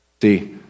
See